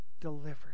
delivered